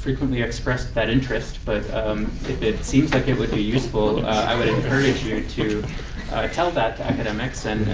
frequently expressed that interest. but um if it seems like it would be useful, i would encourage you to tell that to academics and